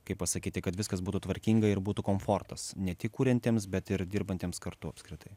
kaip pasakyti kad viskas būtų tvarkinga ir būtų komfortas ne tik kuriantiems bet ir dirbantiems kartu apskritai